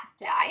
diet